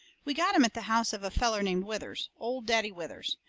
we got em at the house of a feller named withers old daddy withers.